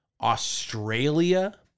Australia